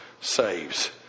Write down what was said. saves